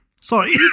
Sorry